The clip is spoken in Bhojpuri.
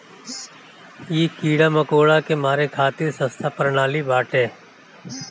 इ कीड़ा मकोड़ा के मारे खातिर सस्ता प्रणाली बाटे